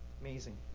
Amazing